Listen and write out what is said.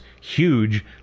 huge